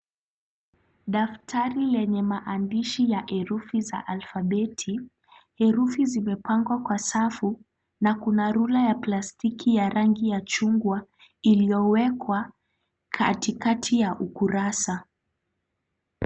Daftari lenye maandishi ya herufi za alfabeti. Herufi zimepangwa kwa safu na kuna rula ya plastiki ya rangi ya chungwa iliyowekwa katikati ya ukurasa.